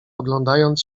oglądając